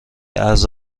ارز